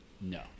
No